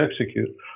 execute